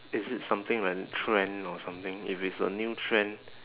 is it something like trend or something if it's a new trend